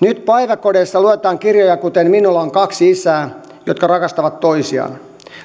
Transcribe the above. nyt päiväkodeissa luetaan kirjoja kuten minulla on kaksi isää jotka rakastavat toisiaan